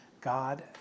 God